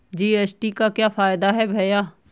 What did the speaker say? GST का क्या फायदा है भैया?